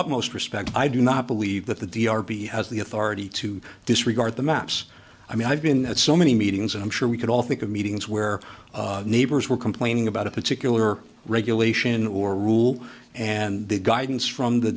utmost respect i do not believe that the d r p has the authority to disregard the maps i mean i've been at so many meetings and i'm sure we could all think of meetings where neighbors were complaining about a particular regulation or rule and the guidance from the